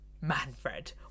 manfred